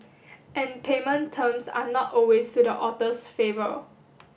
and payment terms are not always to the author's favour